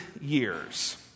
years